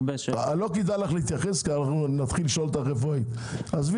לא כדאי לך להתייחס כי נתחיל לשאול אותך, עזבי,